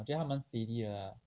ah 我觉得他蛮 steady 的 lah